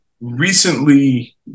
recently